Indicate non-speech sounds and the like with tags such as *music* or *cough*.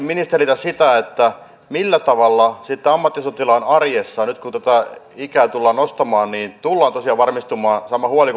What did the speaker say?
*unintelligible* ministeriltä sitä millä tavalla sitten ammattisotilaan arjessa nyt kun tätä ikää tullaan nostamaan tullaan tosiaan varmistumaan sama huoli *unintelligible*